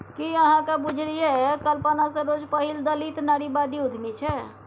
कि अहाँक बुझल यै कल्पना सरोज पहिल दलित नारीवादी उद्यमी छै?